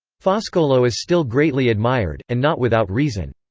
foscolo is still greatly admired, and not without reason.